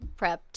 prepped –